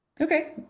Okay